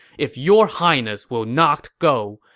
if your highness will not go,